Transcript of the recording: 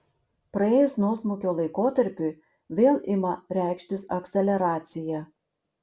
praėjus nuosmukio laikotarpiui vėl ima reikštis akceleracija